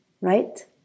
right